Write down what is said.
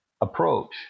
approach